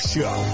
Show